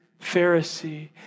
Pharisee